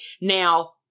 Now